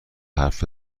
حرف